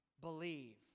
Believe